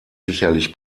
sicherlich